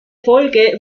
folge